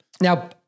Now